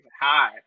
hi